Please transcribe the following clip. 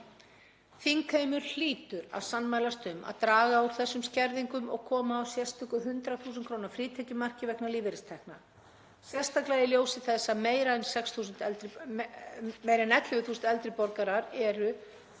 Þingheimur hlýtur að sammælast um að draga úr þessum skerðingum og koma á sérstöku 100.000 kr. frítekjumarki vegna lífeyristekna, sérstaklega í ljósi þess að meira en 11.000 eldri borgarar eru